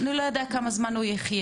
אני לא יודע כמה זמן הוא יחיה,